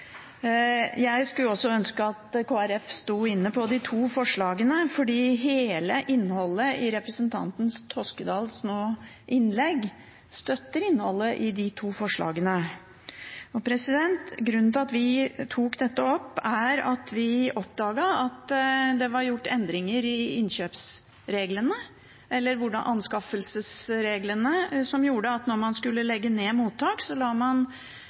Jeg skulle også ønske at Kristelig Folkeparti sto inne på de to forslagene, for hele innholdet i representanten Toskedals innlegg nå støtter innholdet i de to forslagene. Grunnen til at vi tok dette opp, er at vi oppdaget at det var gjort endringer i innkjøpsreglene, eller anskaffelsesreglene, som gjorde at når man skulle legge ned mottak, la man